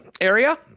area